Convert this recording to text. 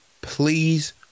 Please